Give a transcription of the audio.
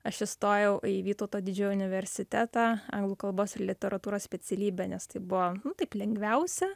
aš įstojau į vytauto didžiojo universitetą anglų kalbos ir literatūros specialybę nes tai buvo taip lengviausia